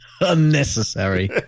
unnecessary